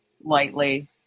lightly